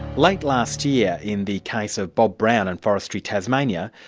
late last year in the case of bob brown and forestry tasmania,